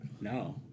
No